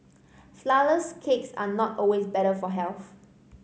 flourless cake are not always better for health